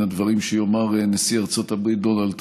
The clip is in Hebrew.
הדברים שיאמר נשיא ארצות הברית דונלד טראמפ,